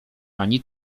ani